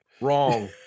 Wrong